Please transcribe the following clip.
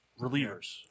relievers